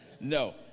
No